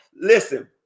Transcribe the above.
Listen